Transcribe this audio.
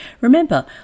Remember